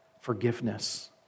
forgiveness